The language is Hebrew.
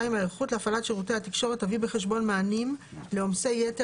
ההיערכות להפעלת שירותי התקשורת תביא בחשבון מענים לעומסי יתר